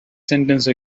sentence